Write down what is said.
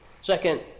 Second